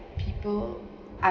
people are